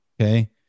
Okay